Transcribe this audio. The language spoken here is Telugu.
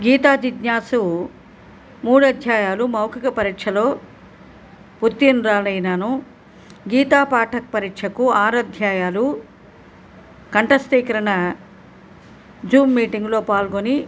గీతా జిజ్ఞాసూ మూడు అధ్యాయాలు మౌఖిక పరీక్షలో ఉత్తీర్ణురాలుని అయినాను గీతా పాఠక్ పరీక్షకు ఆరు అధ్యాయాలు కంఠస్తీకరణా జూమ్ మీటింగ్లో పాల్గొని